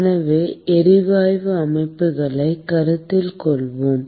எனவே எரிவாயு அமைப்புகளைக் கருத்தில் கொள்வோம்